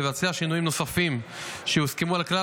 ולבצע שינויים נוספים שיוסכמו על כלל